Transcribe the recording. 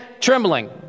trembling